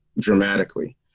dramatically